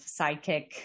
sidekick